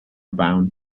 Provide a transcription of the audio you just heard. bound